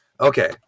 Okay